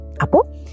Apo